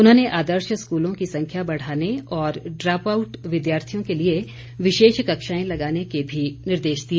उन्होंने आदर्श स्कूलों की संख्या बढ़ाने और ड्रॉपआउट विद्यार्थियों के लिए विशेष कक्षाएं लगाने के भी निर्देश दिए